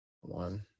one